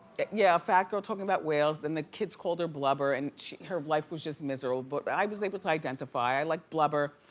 yeah fat girl talking about whales. then the kids called her blubber and her life was just miserable. but but i was able to identify. i like blubber.